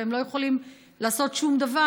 והם לא יכולים לעשות שום דבר,